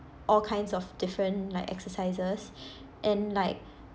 all kinds of different like exercises and like